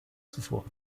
zuvor